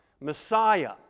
Messiah